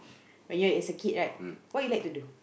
when you're as a kid right what you like to do